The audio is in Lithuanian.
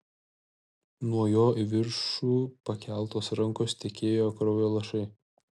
nuo jo į viršų pakeltos rankos tekėjo kraujo lašai